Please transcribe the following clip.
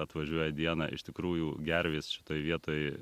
atvažiuoja dieną iš tikrųjų gervės šitoj vietoj